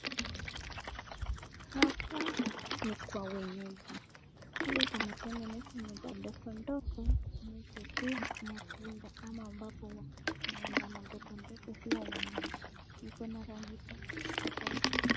Hapa ni kwa wenyeji, pale pametengenezwa nyumba ndogo ndogo, inaweza kuwa ni ya kuunda ama ambapo wanyama ndogo ndogo huwa wanaishi, iko na rangi tofauti tofauti.